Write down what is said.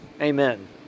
Amen